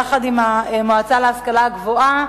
יחד עם המועצה להשכלה גבוהה,